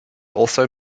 also